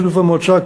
בשיתוף המועצה,